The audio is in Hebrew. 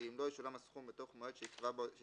כי אם לא ישולם הסכום בתוך מועד שיקבע בהודעה,